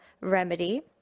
remedy